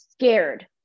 scared